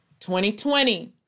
2020